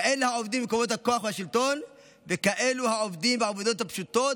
כאלה העובדים במקומות הכוח והשלטון וכאלה העובדים בעבודות הפשוטות,